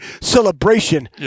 celebration